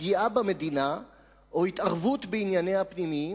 פגיעה במדינה או התערבות בענייניה הפנימיים.